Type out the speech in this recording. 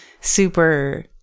super